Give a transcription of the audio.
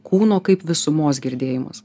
kūno kaip visumos girdėjimas